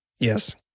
Yes